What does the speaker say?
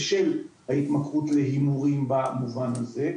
בשל התמכרות להימורים בזמן הזה.